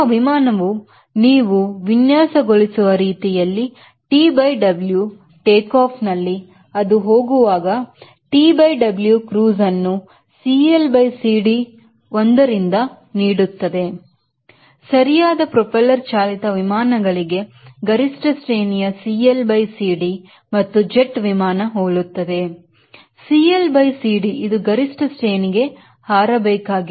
ನಿಮ್ಮ ವಿಮಾನವು ನೀವು ವಿನ್ಯಾಸಗೊಳಿಸುವ ರೀತಿಯಲ್ಲಿ TW ಟೇಕಾಫ್ ನಲ್ಲಿ ಅದು ಹೋಗುವಾಗ T by W cruiseಅನ್ನು CL by CD 1ರಿಂದ ನೀಡುತ್ತದೆ ಸರಿಯಾದ ಪ್ರೋಪೆಲ್ಲರ್ ಚಾಲಿತ ವಿಮಾನಗಳಿಗೆ ಗರಿಷ್ಠ ಶ್ರೇಣಿಯ CL by CD ಮತ್ತು ಜೆಟ್ ವಿಮಾನ ಹೋಲುತ್ತದೆ CL by CD ಇದು ಗರಿಷ್ಠ ಶ್ರೇಣಿಗೆ ಹಾರ ಬೇಕಾಗಿರುವುದು 0